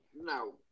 no